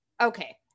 okay